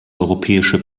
europäische